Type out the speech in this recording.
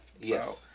Yes